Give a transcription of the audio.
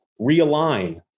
realign